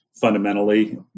fundamentally